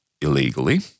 illegally